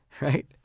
right